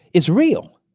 is real.